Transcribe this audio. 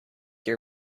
your